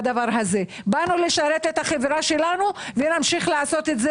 באנו לשרת את החברה שלנו ונמשיך לעשות את זה